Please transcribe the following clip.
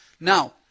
Now